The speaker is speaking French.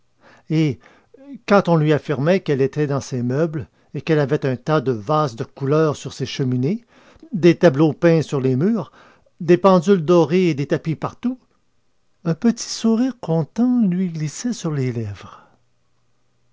et quand on lui affirmait qu'elle était dans ses meubles et qu'elle avait un tas de vases de couleur sur ses cheminées des tableaux peints sur les murs des pendules dorées et des tapis partout un petit sourire content lui glissait sur les lèvres